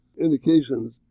indications